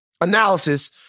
analysis